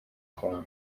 congo